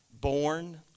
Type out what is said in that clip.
born